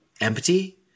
empty